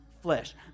flesh